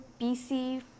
PC